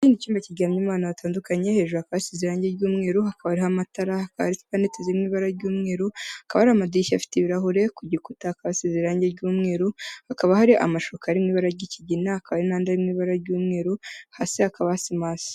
Iki ni icyumba kiryamyemo abantu batandukanye, hejuru hakaba hasize irange ry'umweru, hakaba hariho amatara, hakaba hari super net ziri mu ibara ry'umweru, hakaba hari amadirishya afite ibirahure, ku gikuta hakaba hasize irangi ry'umweru, hakaba hari amashuka ari m ibara ry'ikigina, hakaba hari n'andi ari mu ibara ry'umweru hasi hakaba hasimase.